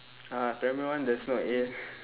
uh primary one there's no A